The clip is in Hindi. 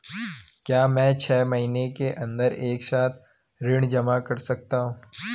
क्या मैं छः महीने के अन्दर एक साथ ऋण जमा कर सकता हूँ?